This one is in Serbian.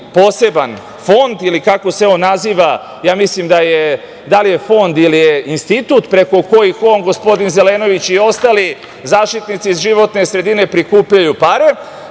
poseban fond ili kako se on naziva, ja mislim da je fond ili je institut preko kojih on gospodin Zelenović i ostali zaštitnici životne sredine prikupljaju pare,